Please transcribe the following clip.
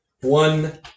one